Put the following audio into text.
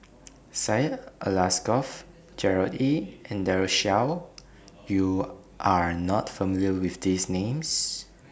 Syed Alsagoff Gerard Ee and Daren Shiau YOU Are not familiar with These Names